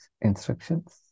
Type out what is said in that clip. instructions